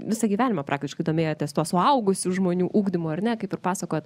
visą gyvenimą praktiškai domėjotės tuo suaugusių žmonių ugdymu ar ne kaip ir pasakojot